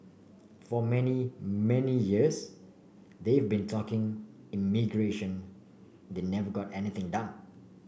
for many many years they've been talking immigration they never got anything done